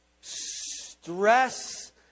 Stress